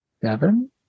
seven